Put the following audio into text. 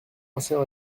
ancien